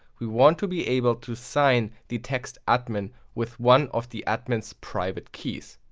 we want to be able to sign the text admin with one of the admin's private keys.